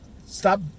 stop –